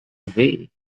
away